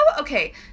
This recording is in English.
okay